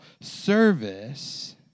service